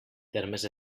termes